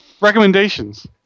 Recommendations